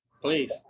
please